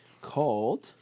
called